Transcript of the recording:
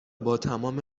باتمام